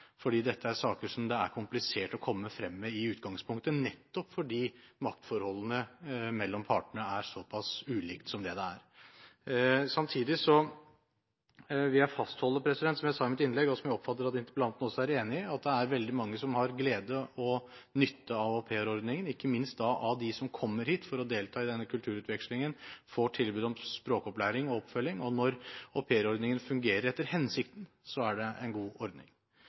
fordi dette er saker som det er komplisert å komme frem med i utgangspunktet, nettopp fordi maktforholdet mellom partene er såpass ulikt som det det er. Samtidig vil jeg fastholde det som jeg sa i mitt innlegg, og som jeg oppfatter at interpellanten også er enig i, at det er veldig mange som har glede og nytte av aupairordningen, ikke minst av dem som kommer hit for å delta i denne kulturutvekslingen og får tilbud om språkopplæring og oppfølging. Når aupairordningen fungerer etter hensikten, er det en god ordning.